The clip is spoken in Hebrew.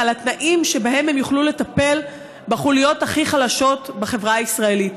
על התנאים שבהם הם יוכלו לטפל בחוליות הכי חלשות בחברה הישראלית.